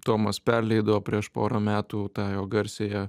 tomas perleido prieš porą metų tą jo garsiąją